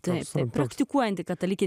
taip praktikuojanti katalikė